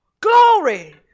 Glory